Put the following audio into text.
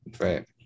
Right